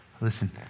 Listen